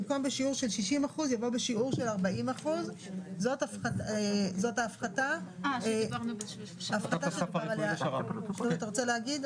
במקום "בשיעור של 60%" יבוא "בשיעור של 40%". זה